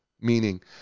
Meaning